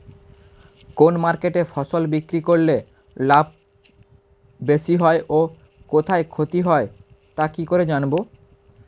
কোন মার্কেটে ফসল বিক্রি করলে লাভ বেশি হয় ও কোথায় ক্ষতি হয় তা কি করে জানবো?